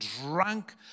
drunk